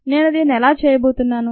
నేను దీన్ని ఎలా చేయబోతున్నాను